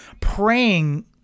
praying